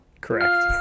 Correct